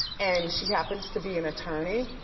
and she happens to be and attorney,